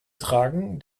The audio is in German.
tragen